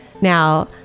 now